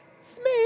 Smith